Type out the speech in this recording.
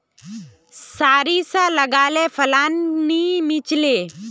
सारिसा लगाले फलान नि मीलचे?